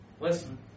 listen